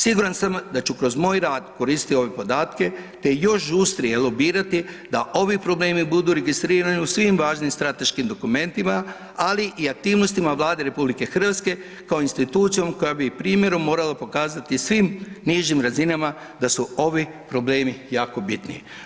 Siguran sam da ću kroz moj rad koristiti ove podatke te još žustrije lobirati da ovi problemi budu registrirani u svim važnim strateškim dokumentima, ali i aktivnostima Vlade Republike Hrvatske kao institucije koja bi i primjerom morala pokazati svim nižim razinama da su ovi problemi jako bitni.